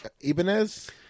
Ibanez